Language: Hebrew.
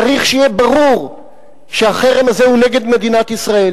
צריך שיהיה ברור שהחרם הזה הוא נגד מדינת ישראל,